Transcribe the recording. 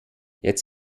jetzt